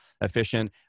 efficient